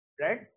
right